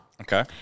Okay